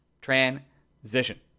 Transition